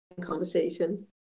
conversation